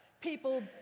People